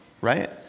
Right